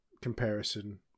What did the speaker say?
comparison